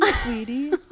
sweetie